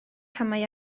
camau